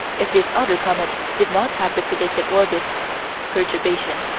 if this other comet did not have the predicted orbit perturbation.